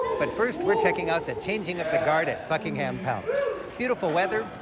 but first, we're checking out the changing of the guard at buckingham palace-beautiful weather,